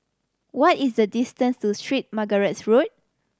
what is the distance to Street Margaret's Road